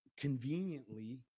Conveniently